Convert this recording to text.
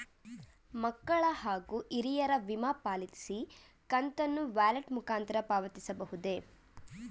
ಮಕ್ಕಳ ಹಾಗೂ ಹಿರಿಯರ ವಿಮಾ ಪಾಲಿಸಿ ಕಂತನ್ನು ವ್ಯಾಲೆಟ್ ಮುಖಾಂತರ ಪಾವತಿಸಬಹುದೇ?